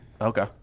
Okay